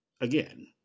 Again